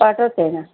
पाठवते ना